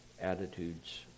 attitudes